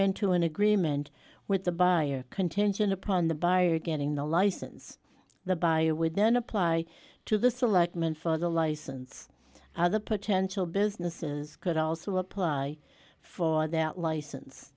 into an agreement with the buy contingent upon the buyer getting the license the buyer would then apply to the selectmen for the license other potential businesses could also apply for that licen